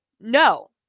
no